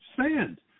Sand